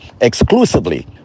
Exclusively